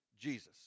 Jesus